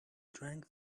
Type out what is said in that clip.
drank